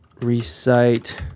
recite